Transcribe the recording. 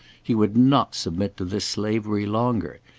he would not submit to this slavery longer.